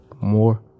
more